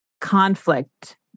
conflict